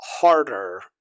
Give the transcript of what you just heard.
harder